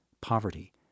poverty